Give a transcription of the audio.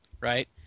right